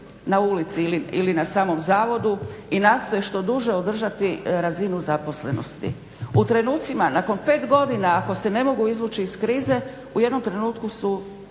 U trenucima nakon 5 godina ako se ne mogu izvući iz krize u jednom trenutku su